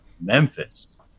Memphis